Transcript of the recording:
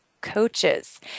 coaches